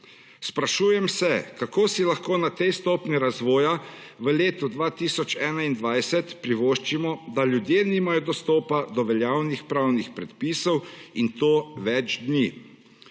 Sprašujem se, kako si lahko na tej stopnji razvoja v letu 2021 privoščimo, da ljudje nimajo dostopa do veljavnih pravnih predpisov in to več dni.